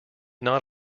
not